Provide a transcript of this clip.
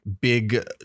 big